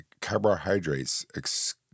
carbohydrates